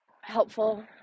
helpful